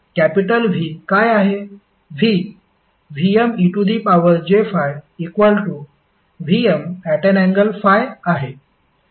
capital V काय आहे